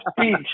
speech